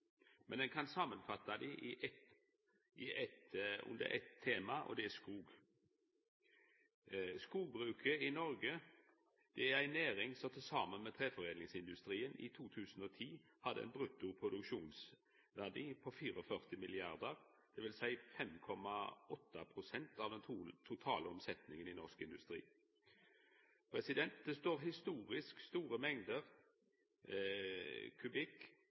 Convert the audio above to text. men ein kan samanfatta desse i eitt tema, og det er skog. Skogbruket i Noreg er ei næring som saman med treforedlingsindustrien hadde i 2010 ein bruttoproduksjonsverdi på 44 mrd. kr, dvs. 5,8 pst. av den totale omsetninga i norsk industri. Det står historisk store mengder kubikk